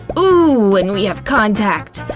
oh! and we have contact.